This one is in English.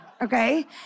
okay